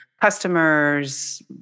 customers